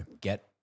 get